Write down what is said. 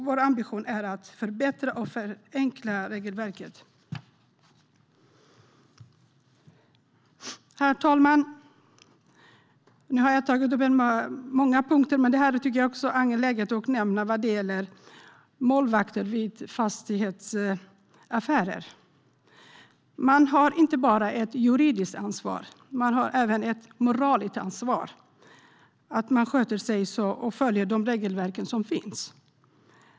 Vår ambition är att förbättra och förenkla regelverket. Herr talman! Nu har jag tagit upp många punkter, men jag tycker också att det är angeläget att ta upp målvakter vid fastighetsaffärer. Man har inte bara ett juridiskt ansvar, utan man har även ett moraliskt ansvar för att sköta sig och följa de regelverk som finns.